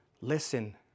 listen